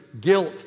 guilt